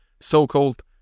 so-called